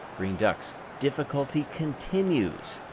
green ducks' difficulty continues,